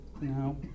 no